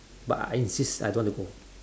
but I I insist I don't want to go